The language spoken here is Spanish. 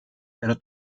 pero